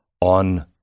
on